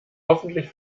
hoffentlich